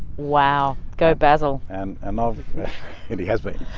wow. go basil. and um um and he has been.